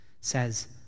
says